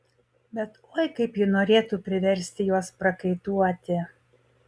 bet oi kaip ji norėtų priversti juos prakaituoti